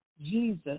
Jesus